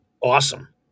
awesome